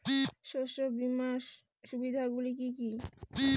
শস্য বিমার সুবিধাগুলি কি কি?